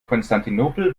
konstantinopel